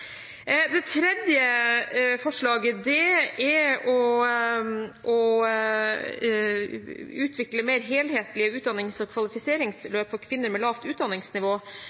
Det tredje forslaget er å utvikle mer helhetlige utdannings- og kvalifiseringsløp for kvinner med lavt utdanningsnivå,